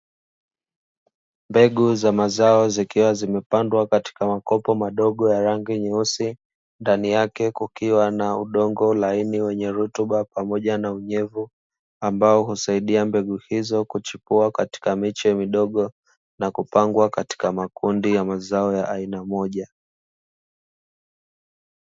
Mbegu za mazao zikiwa zimepandwa katika makopo madogo ya rangi nyeusi ndani yake kukiwa na udongo laini wenye rutuba, pamoja na unyevu ambao husaidia mbegu hizo kuchipua katika miche midogo, na kupangwa katika makundi ya mazao aina moja.